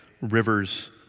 rivers